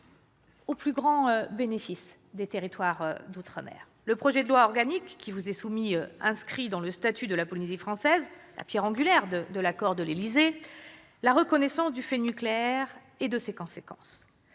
au plus grand bénéfice des territoires d'outre-mer. Le projet de loi organique qui vous est soumis inscrit dans le statut de la Polynésie française la pierre angulaire de l'accord de l'Élysée : la reconnaissance du fait nucléaire et de ses conséquences.